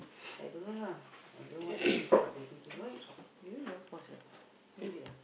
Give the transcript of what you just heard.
I don't know lah I don't know what what they are thinking why~ we never pause right you did ah